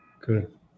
Good